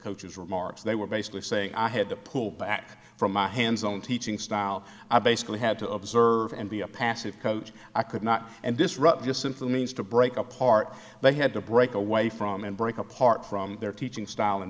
remarks they were basically saying i had to pull back from a hands on teaching style i basically had to observe and be a passive coach i could not and disrupt just simply means to break apart they had to break away from and break apart from their teaching style and